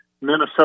Minnesota